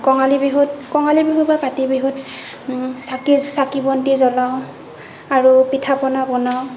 কঙলী বিহু বা কাতি বিহুত চাকি বন্তি জলাওঁ আৰু পিঠা পনা বনাও